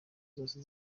zose